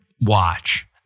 watch